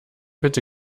bitte